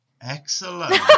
excellent